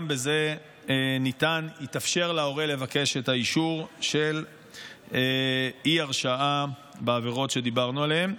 גם בזה יתאפשר להורה לבקש את האישור של אי-הרשעה בעבירות שדיברנו עליהן.